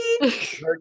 hey